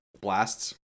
blasts